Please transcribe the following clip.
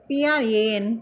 PRAN